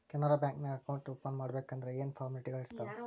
Canara bank ನ್ಯಾಗ account open ಮಾಡ್ಬೇಕಂದರ ಯೇನ್ ಫಾರ್ಮಾಲಿಟಿಗಳಿರ್ತಾವ?